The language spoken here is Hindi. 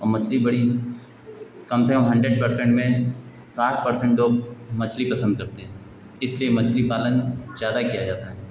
और मछली बड़ी कम से कम हंड्रेड परसेंट में साठ परसेंट लोग मछली पसंद करते हैं इसलिए मछली पालन ज़्यादा किया जाता है